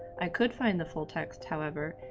i could find the full text, however,